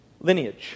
lineage